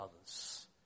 others